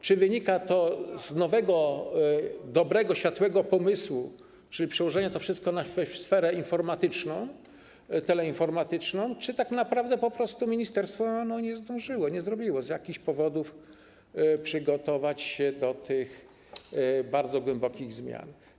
Czy wynika to z nowego, dobrego, światłego pomysłu, czy z przełożenia tego wszystkiego na sferę informatyczną, teleinformatyczną, czy tak naprawdę po prostu ministerstwo nie zdążyło z jakichś powodów przygotować się do tych bardzo głębokich zmian?